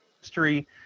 history